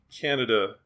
Canada